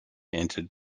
entered